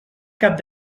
cap